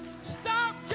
Stop